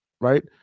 right